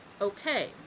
Okay